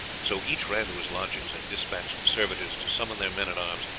so each ran to his lodgings and despatched servitors to summon their men-at-arms,